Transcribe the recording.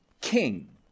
King